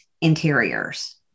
interiors